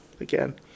again